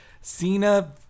Cena